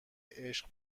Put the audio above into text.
عشق